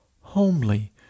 Homely